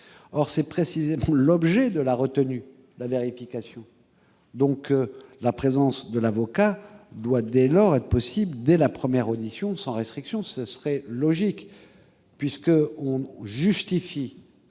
Or c'est précisément l'objet de la retenue pour vérification ! La présence de l'avocat doit, dès lors, être prévue dès la première audition, sans restriction. Ce serait logique ! Cet